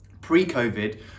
Pre-COVID